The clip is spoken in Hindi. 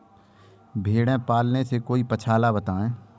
भेड़े पालने से कोई पक्षाला बताएं?